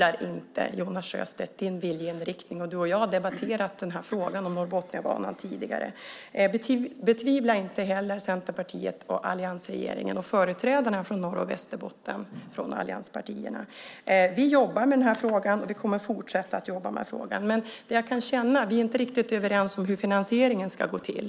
Jag betvivlar inte din viljeinriktning. Du och jag har debatterat frågan om Norrbotniabanan tidigare. Betvivla inte heller Centerpartiet och alliansregeringen och företrädarna för allianspartierna från Norr och Västerbotten! Vi jobbar med den här frågan, och vi kommer att fortsätta att jobba med frågan. Men jag kan känna att vi inte är riktigt överens om hur finansieringen ska gå till.